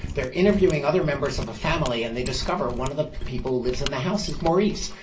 they're interviewing other members of a family and they discover one of the people who lives in the house is maurice.